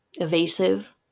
evasive